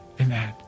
Amen